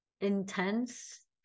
intense